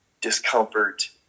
discomfort